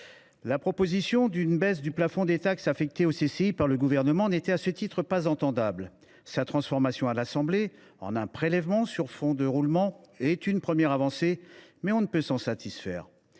La proposition d’une baisse du plafond des taxes affectées aux CCI par le Gouvernement n’était à ce titre pas recevable. Sa transformation par l’Assemblée nationale en un prélèvement sur fond de roulement est une première avancée, mais nous ne pouvons nous en satisfaire.